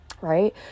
right